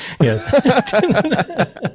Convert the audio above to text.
Yes